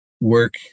work